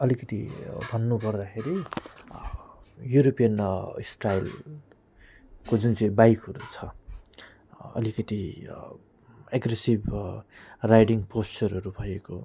अलिकति भन्नुपर्दाखेरि युरोपियन स्टाइलको जुन चाहिँ बाइकहरू छ अलिकति एग्रेसिभ राइडिङ पोस्चरहरू भएको